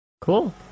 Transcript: Cool